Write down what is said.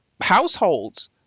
households